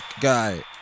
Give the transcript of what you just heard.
Guy